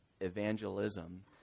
evangelism